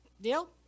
Deal